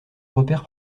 repère